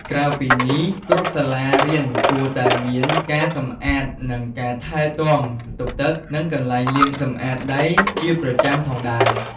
ក្រៅពីនេះគ្រប់សាលារៀនគួរតែមានការសម្អាតនិងការថែទាំបន្ទប់ទឹកនិងកន្លែងលាងសម្អាតដៃជាប្រចាំផងដែរ។